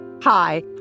Hi